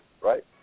right